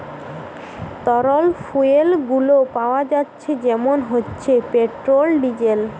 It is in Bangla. তরল ফুয়েল গুলো পাওয়া যাচ্ছে যেমন হচ্ছে পেট্রোল, ডিজেল